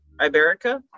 Iberica